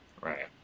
right